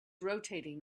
rotating